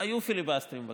היו פיליבסטרים בכנסת.